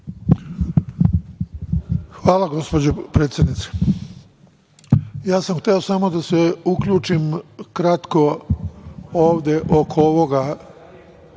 Hvala, gospođo predsednice. Ja sam hteo samo da se uključim kratko ovde ovih